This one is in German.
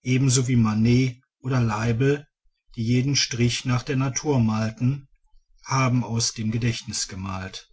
ebenso wie manet und leibl die jeden strich nach der natur malten haben aus dem gedächtnis gemalt